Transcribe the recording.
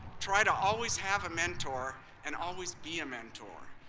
try to always have a mentor and always be a mentor.